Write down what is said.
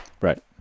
Right